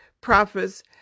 prophets